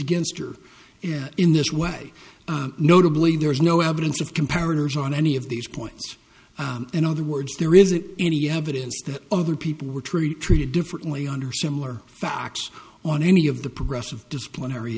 against her in this way notably there is no evidence of comparatives on any of these points in other words there isn't any evidence that other people were treated differently under similar facts on any of the progressive disciplinary